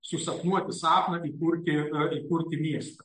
susapnuoti sapną įkurti įkurti miestą